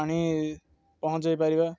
ପାଣି ପହଞ୍ଚାଇ ପାରିବା